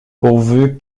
pourvu